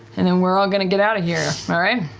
and then we're all going to get outta here, all right?